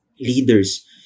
leaders